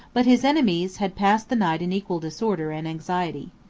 but his enemies had passed the night in equal disorder and anxiety.